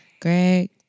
Greg